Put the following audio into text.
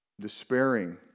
despairing